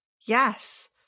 Yes